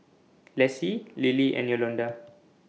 Lessie Lilie and Yolonda